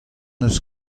eus